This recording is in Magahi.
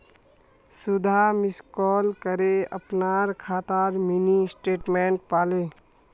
सुधा मिस कॉल करे अपनार खातार मिनी स्टेटमेंट पाले